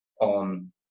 on